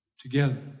together